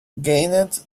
gained